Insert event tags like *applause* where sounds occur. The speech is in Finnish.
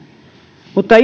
mutta *unintelligible*